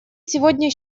сегодня